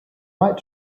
might